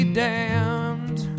damned